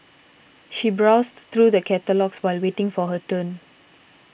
she browsed through the catalogues while waiting for her turn